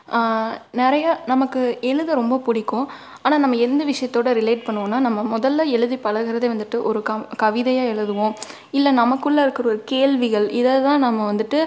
நிறைய நமக்கு எழுத ரொம்ப பிடிக்கும் ஆனால் நம்ம என்ன விஷயத்தோட ரிலேட் பண்ணுவோம்னா நம்ம முதல்ல எழுதி பழகுறதே வந்துட்டு ஒரு காம் கவிதையாக எழுதுவோம் இல்லை நமக்குள்ள இருக்கிற ஒரு கேள்விகள் இதை தான் நம்ம வந்துட்டு